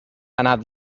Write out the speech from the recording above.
anat